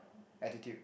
attitude